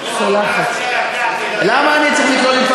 למה אתה צריך, למה אני צריך לקרוא?